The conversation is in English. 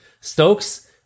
Stokes